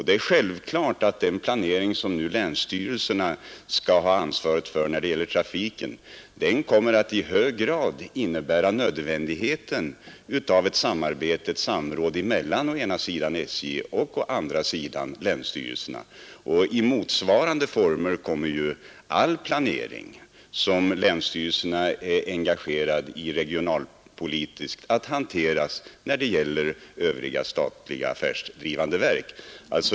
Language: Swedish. Det är ju självklart att den planering som länsstyrelserna skall ha ansvar för när det gäller trafiken i hög grad kommer att innebära att ett samarbete blir nödvändigt mellan SJ och länsstyrelserna. All planering som länsstyrelserna är engagerade i regionalpolitiskt kommer att kräva motsvarande samarbete när det gäller övriga statliga affärsdrivande verk.